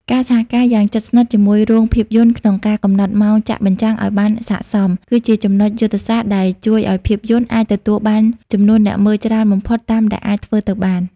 ការសហការយ៉ាងជិតស្និទ្ធជាមួយរោងភាពយន្តក្នុងការកំណត់ម៉ោងចាក់បញ្ចាំងឱ្យបានស័ក្តិសម គឺជាចំណុចយុទ្ធសាស្ត្រដែលជួយឱ្យភាពយន្តអាចទទួលបានចំនួនអ្នកមើលច្រើនបំផុតតាមដែលអាចធ្វើទៅបាន។